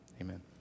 amen